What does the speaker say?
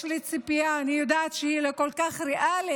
יש לי ציפייה, אני יודעת שהיא לא כל כך ריאלית,